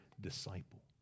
disciple